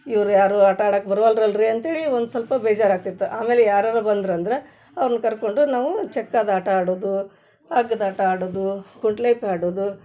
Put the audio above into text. ಇವ್ರು ಯಾರೂ ಆಟ ಆಡಕ್ಕ ಬರುವಲ್ಲರಲ್ರಿ ಅಂತ್ಹೇಳಿ ಒಂದು ಸ್ವಲ್ಪ ಬೇಜಾರಾಗ್ತಿತ್ತು ಆಮೇಲೆ ಯಾರಾದ್ರು ಬಂದ್ರು ಅಂದರೆ ಅವ್ರ್ನ ಕರ್ಕೊಂಡು ನಾವು ಚಕ್ಕದಾಟ ಆಡೋದು ಹಗ್ದ ಆಟ ಆಡೋದು ಕುಂಟ್ಲೇಪಿ ಆಡೋದು